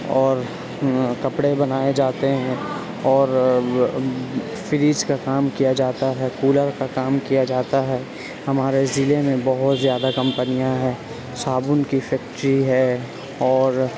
اور کپڑے بنائے جاتے ہیں اور فریج کا کام کیا جاتا ہے کولر کا کام کیا جاتا ہے ہمارے ضلعے میں بہت زیادہ کمپنیاں ہیں صابن کی فیکٹری ہے اور